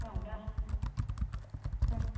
ಹೌದ ಹ್ಞೂ